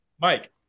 Mike